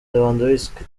lewandowski